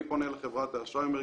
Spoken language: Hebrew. אני פונה לחברת האשראי ואומר,